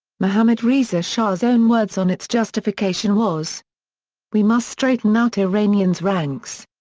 mohammad reza shah's own words on its justification was we must straighten out iranians' ranks.